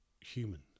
human